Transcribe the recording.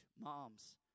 Moms